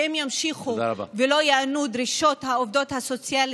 שאם ימשיכו ולא ייענו דרישות העובדות הסוציאליות,